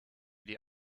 die